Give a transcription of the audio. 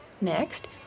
Next